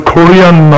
Korean